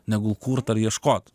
negu kurt ar ieškot